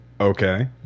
Okay